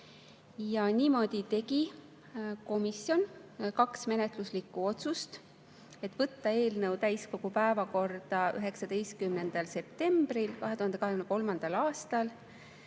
olnud. Niimoodi tegi komisjon kaks menetluslikku otsust: võtta eelnõu täiskogu päevakorda 19. septembril 2023. aastal